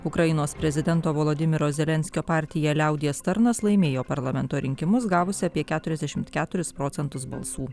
ukrainos prezidento volodymyro zelenskio partija liaudies tarnas laimėjo parlamento rinkimus gavusi apie keturiasdešim keturis procentus balsų